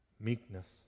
Meekness